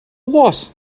what